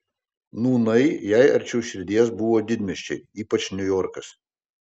nūnai jai arčiau širdies buvo didmiesčiai ypač niujorkas